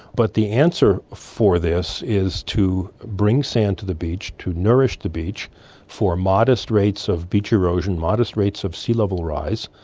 but the answer for this is to bring sand to the beach, to nourish the beach for modest rates of beach erosion, modest rates of sea level rise.